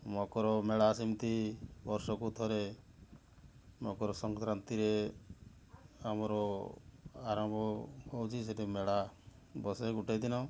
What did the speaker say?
ମକର ମେଳା ସେମିତି ବର୍ଷକୁ ଥରେ ମକର ସଂକ୍ରାନ୍ତିରେ ଆମର ଆରମ୍ଭ ହେଉଛି ସେଠି ମେଳା ବସେ ଗୋଟେ ଦିନ